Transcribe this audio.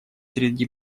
среди